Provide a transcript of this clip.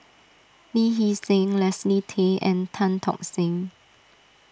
Lee Hee Seng Leslie Tay and Tan Tock Seng